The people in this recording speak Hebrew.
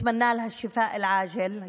שאנחנו מאחלים לה החלמה מהירה.